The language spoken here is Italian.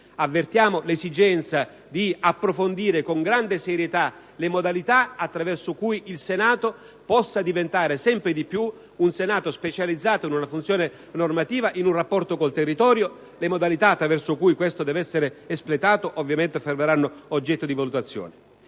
Avvertiamo l'esigenza di approfondire con grande serietà le modalità attraverso cui il Senato possa diventare sempre più un Senato specializzato in una funzione normativa in rapporto con il territorio; le modalità attraverso cui tale compito deve essere espletato ovviamente saranno oggetto di valutazione.